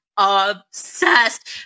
obsessed